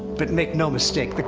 but make no mistake,